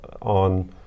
on